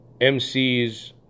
MCs